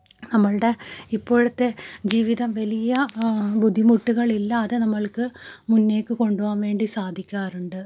നമ്മളുടെ ഇപ്പോഴത്തെ ജീവിതം വലിയ ബുദ്ധിമുട്ടുകളില്ലാതെ നമ്മൾക്ക് മുന്നിലേക്ക് കൊണ്ടുപോവാൻ വേണ്ടി സാധിക്കാറുണ്ട്